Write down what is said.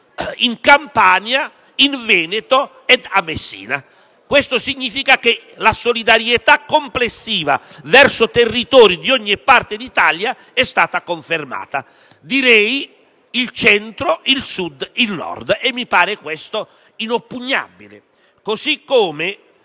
in Campania, in Veneto e a Messina. Questo significa che la solidarietà complessiva verso territori di ogni parte d'Italia è stata confermata: direi, il Centro, il Sud ed il Nord. E questo mi pare inoppugnabile.